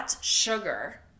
sugar